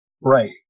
Right